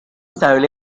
isabel